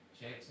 Chance